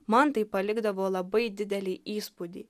man tai palikdavo labai didelį įspūdį